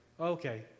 Okay